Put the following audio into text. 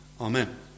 Amen